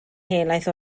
helaeth